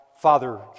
father